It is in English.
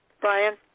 Brian